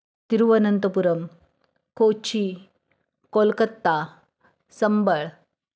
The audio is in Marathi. तिरुवनंतपुरम कोची कोलकत्ता संबळ